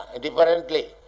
differently